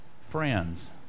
friends